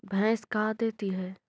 भैंस का देती है?